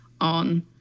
on